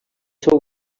seu